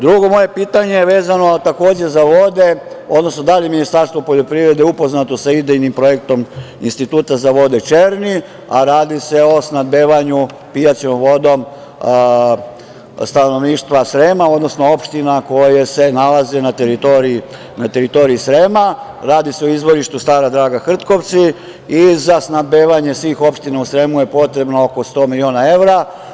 Drugo moje pitanje vezano je takođe za vode, odnosno da li Ministarstvo poljoprivrede upoznato sa idejnim projektom Institutom za vode Černi, a radi se o snabdevanju pijaćom vodom stanovništva Srema, odnosno opština koje se nalaze na teritoriji Srema, radi se o izvorištu Stara Draga Hrtkovci i za snabdevanje svih opština u Sremu je potrebno oko sto miliona evra.